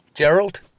Gerald